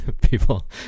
people